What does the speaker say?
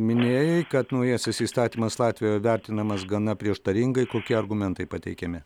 minėjai kad naujasis įstatymas latvijoje vertinamas gana prieštaringai kokie argumentai pateikiami